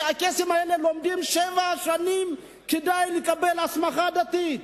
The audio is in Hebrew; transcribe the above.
הקייסים האלה לומדים שבע שנים כדי לקבל הסמכה דתית.